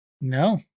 No